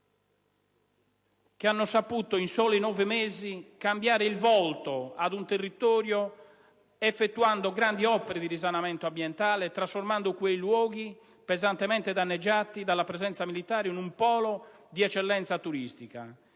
che hanno saputo, in soli nove mesi, cambiare il volto ad un territorio, effettuando grandi opere di risanamento ambientale e trasformando quei luoghi pesantemente danneggiati dalla presenza militare in un polo di eccellenza turistica.